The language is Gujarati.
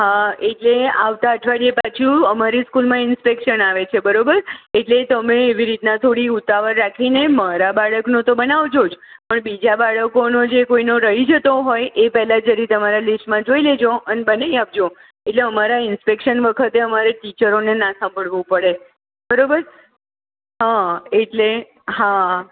હા એટલે આવતા અઠવાડિયે પાછું અમારી સ્કૂલમાં ઇન્સ્પેક્શન આવે છે બરોબર એટલે તમે એવી રીતના થોડી ઉતાવળ રાખીને મારા બાળકનું તો બનાવજો જ બીજા બાળકોનો જે કોઈનો રય જતો હોય એ પેહલા જરી તમારા લિસ્ટમાં જોઈ લેજો અન બનાય આપજો એટલે અમારા ઇન્સ્પેક્શન વખતે અમારે ટીચરોને ના સાંભડવું પડે બરોબર હા એટલે હા